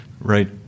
Right